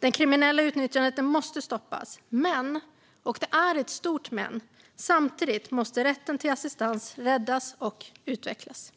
Det kriminella utnyttjandet måste stoppas. Men, och det är ett stort men, samtidigt måste rätten till assistans räddas och utvecklas.